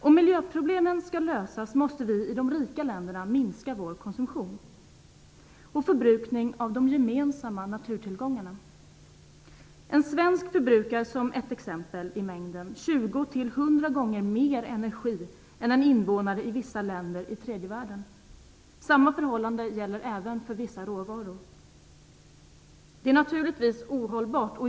Om miljöproblemen skall lösas måste vi i de rika länderna minska vår konsumtion och förbrukning av de gemensamma naturtillgångarna. En svensk förbrukar, som ett exempel i mängden, 20-100 mer gånger energi än en invånare i vissa länder i tredje världen. Samma förhållande gäller även för vissa råvaror. Det är naturligtvis ohållbart.